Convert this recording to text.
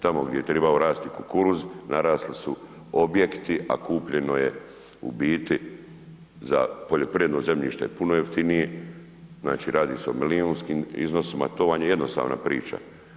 Tamo gdje je trebao rasti kukuruz narasli su objekti a kupljeno je u biti za poljoprivredno zemljište puno jeftiniji, znači radi se o milijunskim iznosima to vam je jednostavna priča.